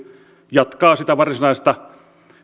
jatkaa sitä varsinaista